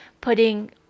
putting